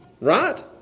Right